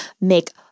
make